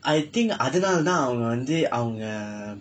I think அதனால தான் அவங்க வந்து அவங்க:athanaala thaan avangka vandthu avangka